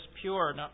pure